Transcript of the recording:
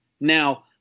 Now